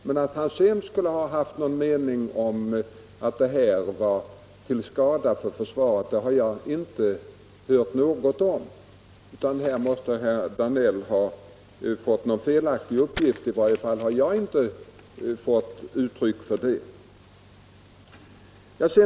Men att han sedan skulle ha haft någon mening om att detta varit till skada för försvaret har jag inte hört, utan här måste herr Danell ha fått en felaktig uppgift, i varje fall har jag som sagt inte fått något uttryck för detta.